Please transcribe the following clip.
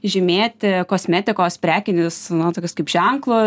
žymėti kosmetikos prekinius na tokius kaip ženklo